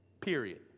Period